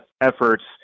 efforts